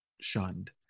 shunned